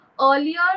Earlier